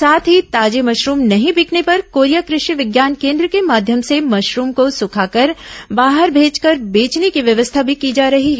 साथ ही ताजे मशरूम नहीं बिकने पर कोरिया कृषि विज्ञान केन्द्र के माध्यम से मशरूम को सूखाकर बाहर भेजकर बेचने की व्यवस्था भी की जा रही है